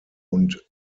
und